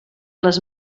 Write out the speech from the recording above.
les